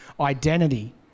identity